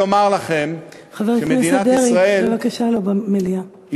חבר הכנסת דרעי, בבקשה לא במליאה.